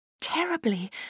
Terribly